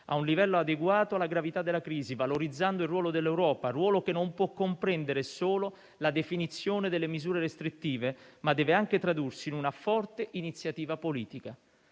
a un livello adeguato alla gravità della crisi, valorizzando il ruolo dell'Europa, ruolo che non può solo comprendere la definizione delle misure restrittive, ma deve anche tradursi in una forte iniziativa politica.